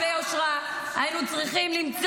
וביושרה -- אבל זה קיים.